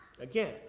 Again